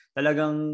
Talagang